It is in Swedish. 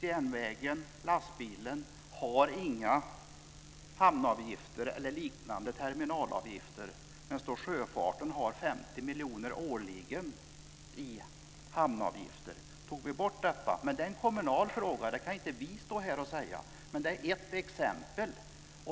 Järnvägen och lastbilen har inga hamnavgifter eller liknande terminalavgifter, medan sjöfarten har 50 miljoner årligen i hamnavgifter. Men att ta bort detta är en kommunal fråga. Det kan inte vi stå här och säga, men det är ett exempel.